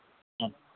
ആ